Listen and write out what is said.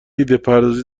ایدهپردازی